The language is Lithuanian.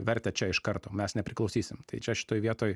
vertę čia iš karto mes nepriklausysim tai čia šitoj vietoj